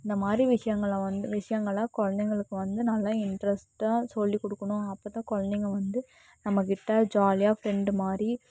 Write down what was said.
இந்த மாதிரி விஷயங்களை வந்து விஷயங்களாக குழந்தைங்களுக்கு வந்து நல்லா இன்ட்ரெஸ்ட்டாக சொல்லி கொடுக்கணும் அப்பதான் குழந்தைங்க வந்து நம்மகிட்ட ஜாலியாக ஃப்ரெண்டு மாதிரி